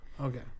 Okay